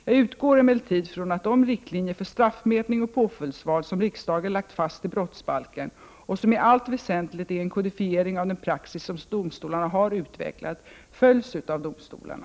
Jag utgår emellertid från att de riktlinjer för straffmätning och påföljdsval som riksdagen lagt fast i brottsbalken —och som i allt väsentligt är en kodifiering av den praxis som domstolarna har utvecklat — följs av domstolarna.